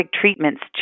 treatments